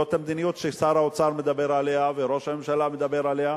זאת המדיניות ששר האוצר מדבר עליה וראש הממשלה מדבר עליה.